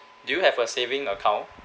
do you have a saving account